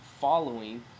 following